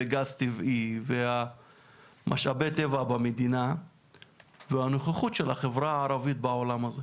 גז טבעי ומשאבי הטבע במדינה והנוכחות של החברה הערבית בעולם הזה,